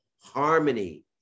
harmony